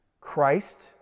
Christ